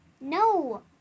No